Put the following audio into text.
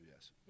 yes